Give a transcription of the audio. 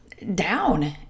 down